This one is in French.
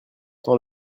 tant